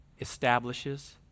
establishes